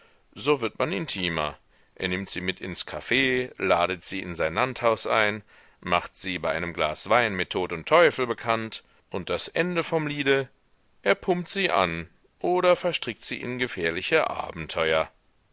so wird man intimer er nimmt sie mit ins caf ladet sie in sein landhaus ein macht sie bei einem glas wein mit tod und teufel bekannt und das ende vom liede er pumpt sie an oder verstrickt sie in gefährliche abenteuer